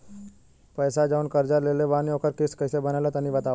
पैसा जऊन कर्जा लेले बानी ओकर किश्त कइसे बनेला तनी बताव?